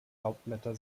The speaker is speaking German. laubblätter